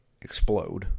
explode